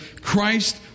Christ